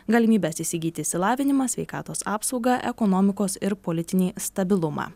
galimybes įsigyti išsilavinimą sveikatos apsaugą ekonomikos ir politinį stabilumą